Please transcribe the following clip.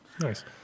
Nice